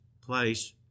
place